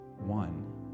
One